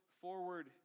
forward